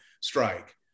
strike